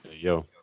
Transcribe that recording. yo